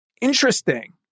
Interesting